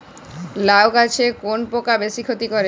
লাউ গাছে কোন পোকা বেশি ক্ষতি করে?